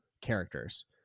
characters